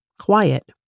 quiet